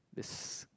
that's